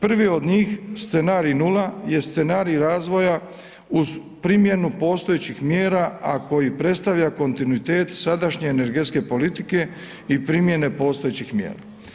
Prvi od njih, scenarij nula je scenarij razvoja uz primjenu postojećih mjera, a koji predstavlja kontinuitet sadašnje energetske politike i primjene postojećih mjera.